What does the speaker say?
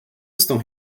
estão